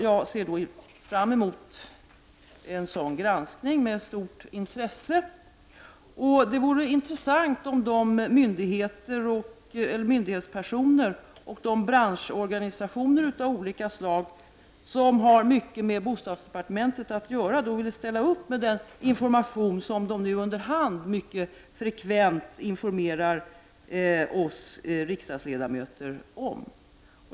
Jag ser fram emot en sådan granskning med stort intresse. Det vore intressant om de myndighetspersoner och de branschorganisationer av olika slag som har mycket med bostadsdepartementet att göra ville ställa upp med den information som de nu under hand mycket frekvent ger oss riksdagsledamöter.